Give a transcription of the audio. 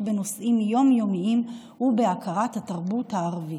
בנושאים יום-יומיים ובהכרת התרבות הערבית.